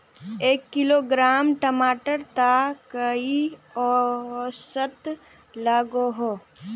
एक किलोग्राम टमाटर त कई औसत लागोहो?